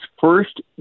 first